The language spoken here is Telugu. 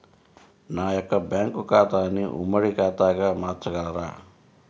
నా యొక్క బ్యాంకు ఖాతాని ఉమ్మడి ఖాతాగా మార్చగలరా?